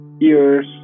ears